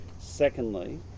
secondly